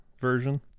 version